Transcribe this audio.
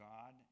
God